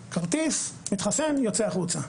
כרטיס, מתחסן, יוצא החוצה.